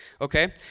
okay